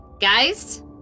Guys